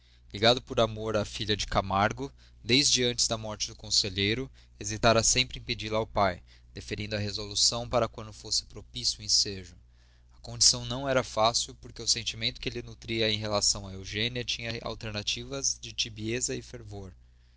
ligado por amor à filha de camargo desde antes da morte do conselheiro hesitara sempre em pedi-la ao pai diferindo a resolução para quando fosse propício o ensejo a condição não era fácil porque o sentimento que ele nutria em relação a eugênia tinha alternativas de tibieza e fervor